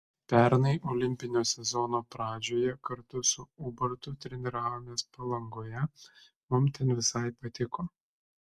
pernai olimpinio sezono pradžioje kartu su ubartu treniravomės palangoje mums ten visai patiko